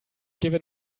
gewehr